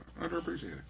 underappreciated